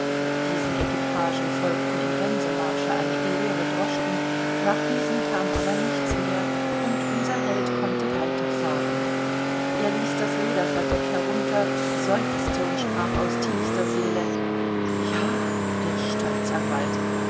diesen equipagen folgten im gänsemarsche einige leere droschken nach diesen kam aber nichts mehr und unser held konnte weiterfahren er ließ das lederverdeck herunter seufzte und sprach aus tiefster seele ja der staatsanwalt